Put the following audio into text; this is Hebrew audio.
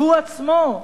הוא עצמו,